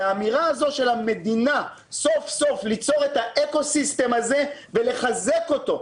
המדינה הזו של המדינה סוף סוף ליצור את האקו סיסטם הזה ולחזק אותו,